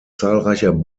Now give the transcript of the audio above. zahlreicher